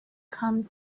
come